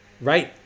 right